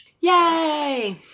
Yay